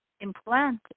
implant